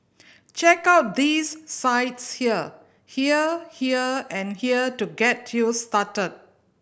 check out these sites here here here and here to get you started